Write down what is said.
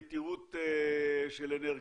מיתירות של אנרגיות.